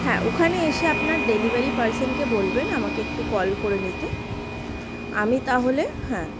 হ্যাঁ ওখানে এসে আপনার ডেলিভারি পারসেনকে বলবেন আমাকে একটু কল করে নিতে আমি তাহলে হ্যাঁ